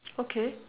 okay